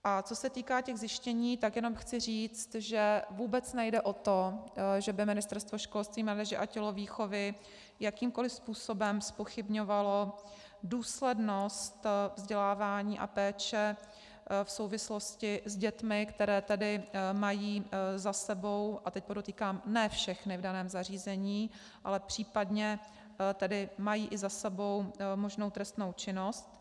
A co se týká těch zjištění, tak jenom chci říct, že vůbec nejde o to, že by Ministerstvo školství, mládeže a tělovýchovy jakýmkoliv způsobem zpochybňovalo důslednost vzdělávání a péče v souvislosti s dětmi, které tedy mají za sebou, a teď podotýkám ne všechny v daném zařízení, ale případně mají i za sebou možnou trestnou činnost.